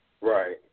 Right